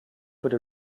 wurde